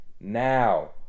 now